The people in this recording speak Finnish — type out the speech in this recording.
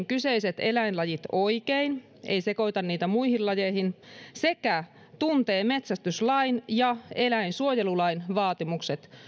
kyseiset eläinlajit oikein ei sekoita niitä muihin lajeihin sekä tuntee metsästyslain ja eläinsuojelulain vaatimukset